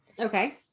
Okay